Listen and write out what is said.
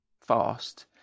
fast